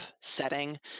setting